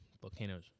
Volcanoes